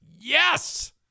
Yes